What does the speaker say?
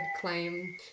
claim